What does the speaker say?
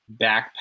backpack